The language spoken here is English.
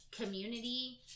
community